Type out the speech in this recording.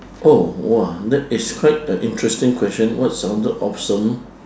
oh !wah! that it's quite a interesting question what sounded awesome